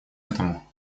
этому